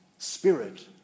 Spirit